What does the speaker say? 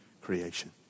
creation